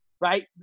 right